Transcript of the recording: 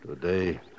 Today